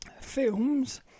films